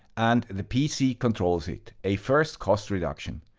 and the pc controls it. a first cost reduction.